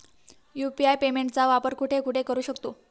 UPI पेमेंटचा वापर कुठे कुठे करू शकतो?